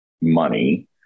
money